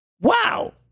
wow